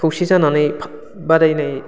खौसे जानानै बादायनाय